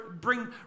bring